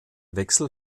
wechsel